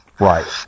right